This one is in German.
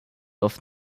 oft